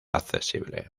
accesible